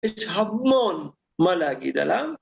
יש המון מה להגיד עליו.